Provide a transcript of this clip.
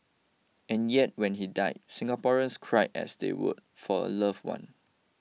and yet when he died Singaporeans cried as they would for a love one